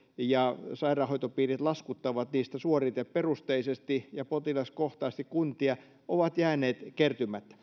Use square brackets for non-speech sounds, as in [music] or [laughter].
ja joista sairaanhoitopiirit laskuttavat suoriteperusteisesti ja potilaskohtaisesti kuntia ovat jääneet kertymättä [unintelligible]